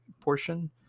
portion